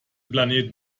planet